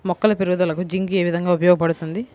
మొక్కల పెరుగుదలకు జింక్ ఏ విధముగా ఉపయోగపడుతుంది?